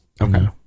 okay